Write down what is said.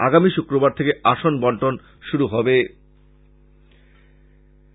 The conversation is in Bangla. আগামী শুক্রবার থেকে আসন বন্টন শুরু হবে